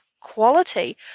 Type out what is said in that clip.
quality